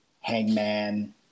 Hangman